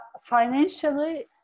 financially